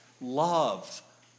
love